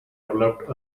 developed